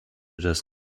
das